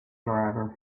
driver